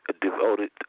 devoted